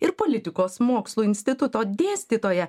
ir politikos mokslų instituto dėstytoją